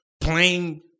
plain